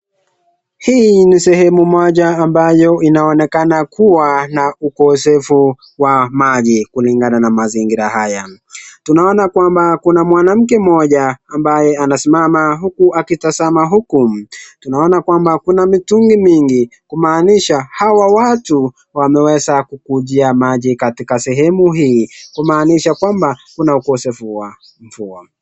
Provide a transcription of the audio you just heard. Hii ni sehemu moja ambayo inaonekana kuwa na ukosefu wa maji kulingana na mazingira haya. Tunaona kwamba kuna mwanamke mmoja ambaye anasimama huku akitazama huku. Tunaona kwamba kuna mitungi mingi kumaanisha hawa watu wameweza kukujia maji katika sehemu hii kumaanisha kwamba kuna ukosefu wa mvua.